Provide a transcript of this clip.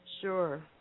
Sure